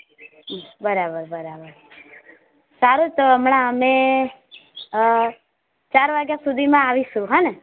બરાબર બરાબર સારું તો હમણાં અમે ચાર વાગ્યા સુધીમાં આવીશું હો ને